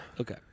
Okay